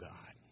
God